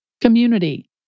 community